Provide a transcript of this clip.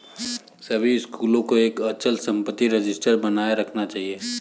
सभी स्कूलों को एक अचल संपत्ति रजिस्टर बनाए रखना चाहिए